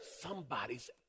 somebody's